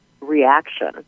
reaction